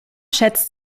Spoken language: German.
schätzt